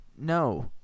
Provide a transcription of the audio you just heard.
no